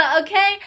okay